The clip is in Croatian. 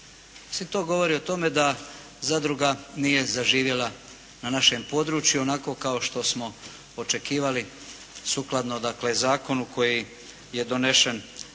To govori o tome da zadruga nije zaživjela na našem području onako kao što smo očekivali sukladno zakonu koji je donesen